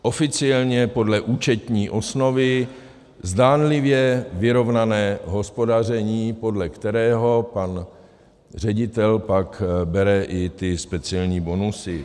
Oficiálně podle účetní osnovy zdánlivě vyrovnané hospodaření, podle kterého pan ředitel pak bere i ty speciální bonusy.